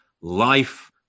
life